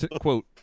Quote